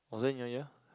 was I in your year